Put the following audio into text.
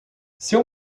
seu